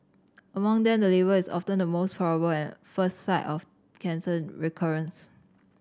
among them the liver is often the most probable and first site of cancer recurrence